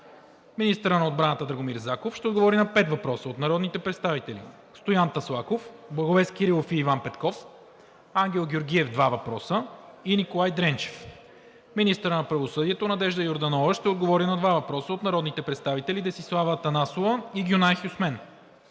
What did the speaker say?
Министърът на отбраната Драгомир Заков ще отговори на пет въпроса от народните представители Стоян Таслаков; Благовест Кирилов и Иван Петков; Ангел Георгиев – два въпроса; и Николай Дренчев. Министърът на правосъдието Надежда Йорданова ще отговори на два въпроса от народните представители Десислава Атанасова и Гюнай Хюсмен.